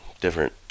different